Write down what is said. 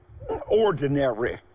ordinary